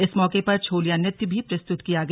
इस मौके पर छोलिया नृत्य भी प्रस्तुत किया गया